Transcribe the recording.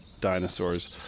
dinosaurs